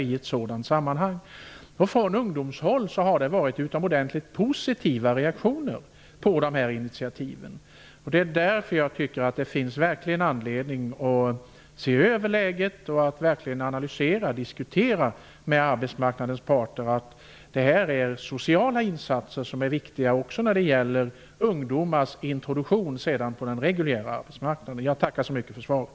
Det har kommit utomordentligt positiva reaktioner från ungdomar på dessa initiativ. Därför finns det verkligen anledning att se över läget och att analysera och diskutera med arbetsmarknadens parter. Detta är sociala insatser som är viktiga också för ungdomarnas introduktion senare på den reguljära arbetsmarknadsmarknaden. Jag tackar så mycket för svaret.